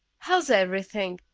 how's everything?